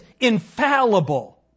infallible